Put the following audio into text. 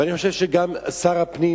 ואני חושב שגם שר הפנים,